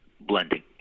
blending